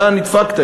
אתה נדפקת,